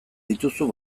dituzu